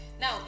Now